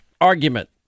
argument